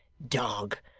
dog!